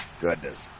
goodness